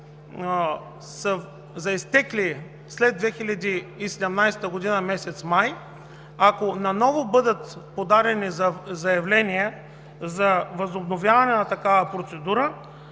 са изтекли след месец май 2017 г., ако наново бъдат подадени заявления за възобновяване на такава процедура,